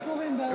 כמו פורים.